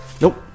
nope